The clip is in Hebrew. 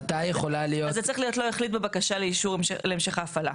אז זה צריך להיות "לא החליט בבקשה לאישור להמשך ההפעלה",